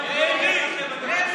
פעמיים ביום, אבידר, חבר הכנסת.